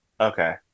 Okay